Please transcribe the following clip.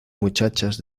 muchachas